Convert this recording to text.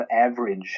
average